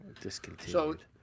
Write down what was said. Discontinued